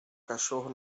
cachorro